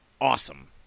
awesome